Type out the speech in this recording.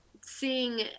seeing